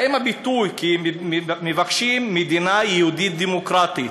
האם הביטוי, מבקשים מדינה יהודית-דמוקרטית,